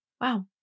wow